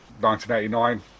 1989